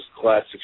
classic